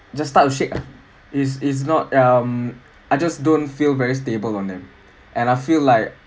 just start to shake ah is is not ya um I just don't feel very stable on them and I feel like